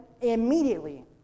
immediately